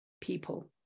people